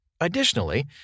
Additionally